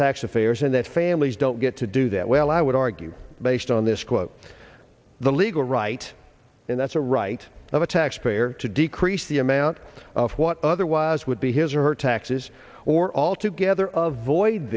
tax affairs and that families don't get to do that well i would argue based on this quote the legal right and that's the right of a taxpayer to decrease the amount of what otherwise would be his or her taxes or altogether of void